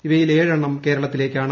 ഇവയിൽ ഏഴെണ്ണം കേരളത്തിലേയ്ക്കാണ്